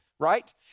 right